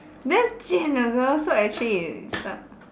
damn 贱 ah so actually it's some